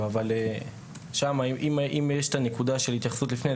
אבל שם אם יש את הנקודה של התייחסות לפני,